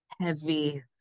heavy